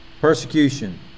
persecution